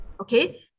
okay